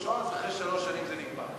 אם הוא לא ניצול שואה, אחרי שלוש שנים זה נגמר.